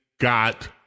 got